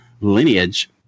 lineage